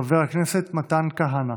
חבר הכנסת מתן כהנא,